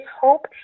hope